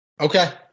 Okay